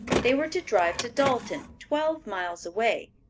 they were to drive to dalton, twelve miles away.